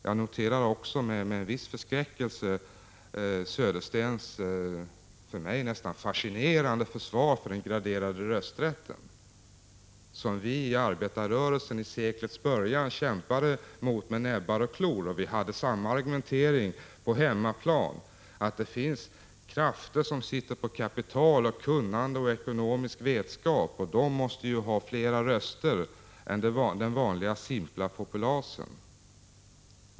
Jag noterar också med en viss förskräckelse Bo Söderstens för mig nästan fascinerande försvar av den graderade rösträtten, som vi i arbetarrörelsen i seklets början kämpade mot med näbbar och klor. Vi mötte på hemmaplan samma argumentering som nu är aktuell: de krafter som sitter på kapital, kunnande och ekonomisk vetskap måste ha fler röster än den vanliga simpla populasen.